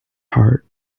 heart